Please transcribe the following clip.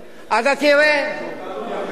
אתה תראה, לא טענתי אחרת.